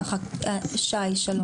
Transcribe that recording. שי, שלום.